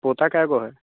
पोता कएगो हइ